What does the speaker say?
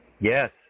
Yes